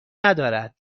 ندارد